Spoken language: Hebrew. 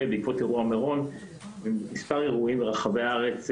בעקבות אירוע מירון ומספר אירועים ברחבי הארץ.